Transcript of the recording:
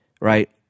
right